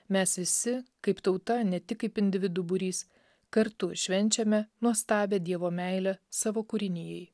mes visi kaip tauta ne tik kaip individų būrys kartu švenčiame nuostabią dievo meilę savo kūrinijai